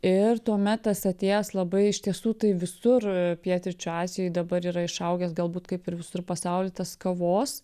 ir tuomet tas atėjęs labai iš tiesų tai visur pietryčių azijoj dabar yra išaugęs galbūt kaip ir visur pasauly tas kavos